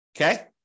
Okay